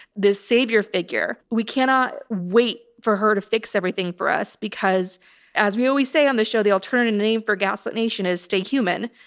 this savior figure. we cannot wait for her to fix everything for us because as we always say on the show, the alternative name for gaslit nation is stay human.